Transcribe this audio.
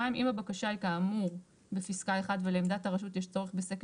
(2) אם הבקשה היא כאמור בפסקה (1) ולעמדת הרשות יש צורך בסקר